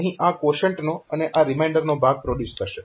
અહીં આ ક્વોશન્ટનો અને આ રીમાઈન્ડરનો ભાગ પ્રોડ્યુસ કરશે